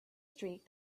streak